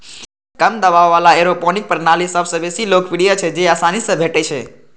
कम दबाव बला एयरोपोनिक प्रणाली सबसं बेसी लोकप्रिय छै, जेआसानी सं भेटै छै